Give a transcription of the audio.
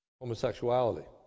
homosexuality